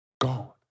God